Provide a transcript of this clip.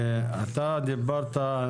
אתה דיברת,